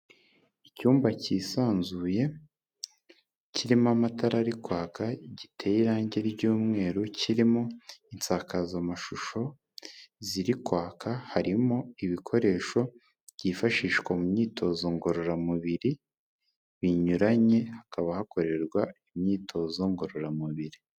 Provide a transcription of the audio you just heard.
Icyumba cyisanzuye, kirimo amatara ari kwaka, giteye irangi ry'umweru, kirimo insakazamashusho ziri kwaka, harimo ibikoresho byifashishwa mu myitozo ngororamubiri binyuranye, hakaba hakorerwa imyitozo ngororamubiri.